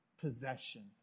possession